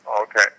Okay